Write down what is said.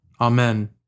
Amen